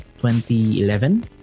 2011